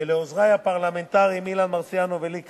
ולעוזרי הפרלמנטריים אילן מרסיאנו ולי קטקוב,